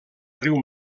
riu